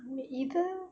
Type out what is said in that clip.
me either